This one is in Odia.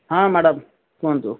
ହଁ ମ୍ୟାଡ଼ମ୍ କୁହନ୍ତୁ